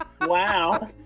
Wow